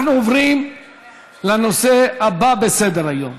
אנחנו עוברים לנושא הבא בסדר-היום: